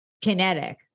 Kinetic